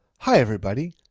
hi, everybody.